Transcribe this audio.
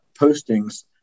postings